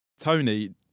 Tony